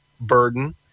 burden